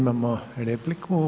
Imamo repliku.